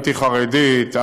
אנטי-חרדית,